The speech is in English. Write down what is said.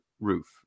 roof